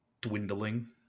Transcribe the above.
dwindling